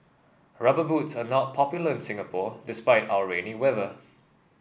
rubber boots are not popular in Singapore despite our rainy weather